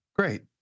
Great